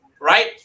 right